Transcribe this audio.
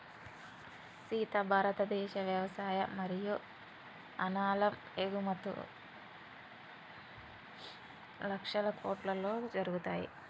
సీత భారతదేశ వ్యవసాయ మరియు అనాలం ఎగుమతుం లక్షల కోట్లలో జరుగుతాయి